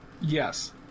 Yes